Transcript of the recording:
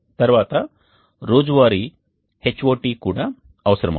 తర్వాత రోజు వారీ Hot కూడా అవసరమవుతాయి